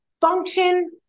function